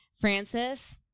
francis